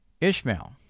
Ishmael